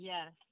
Yes